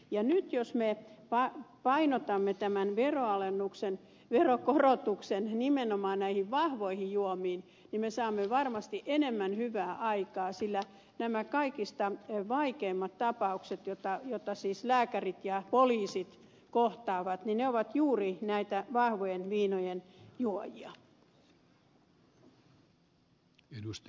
ja nyt jos me painotamme tämän veronkorotuksen nimenomaan näihin vahvoihin juomiin niin me saamme varmasti enemmän hyvää aikaan sillä nämä kaikista vaikeimmat tapaukset joita siis lääkärit ja poliisit kohtaavat ovat juuri näitä vahvojen viinojen juojia